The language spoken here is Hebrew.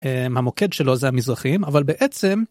המוקד שלו זה המזרחים, אבל בעצם